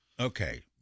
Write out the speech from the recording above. Okay